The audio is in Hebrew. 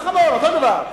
גם חמור, אותו דבר.